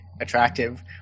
attractive